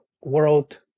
world